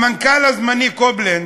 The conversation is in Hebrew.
המנכ"ל הזמני, קובלנץ,